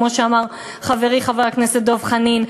כמו שאמר חברי חבר הכנסת דב חנין.